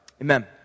Amen